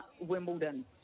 Wimbledon